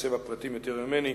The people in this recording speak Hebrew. מתמצא בפרטים יותר ממני.